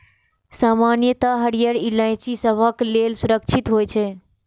सामान्यतः हरियर इलायची सबहक लेल सुरक्षित होइ छै